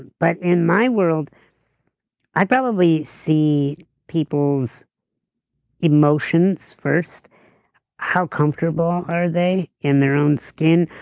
but in my world i probably see people's emotions first how comfortable are they in their own skin,